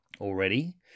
already